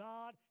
God